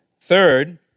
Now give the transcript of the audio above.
Third